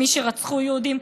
עם מי שרצחו יהודים,